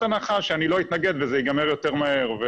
הנחה שאני לא אתנגד וזה ייגמר יותר מהר.